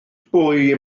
bwy